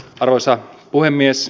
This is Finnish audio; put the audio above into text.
arvoisa puhemies